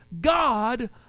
God